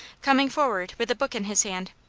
coming forward with a book in his hand.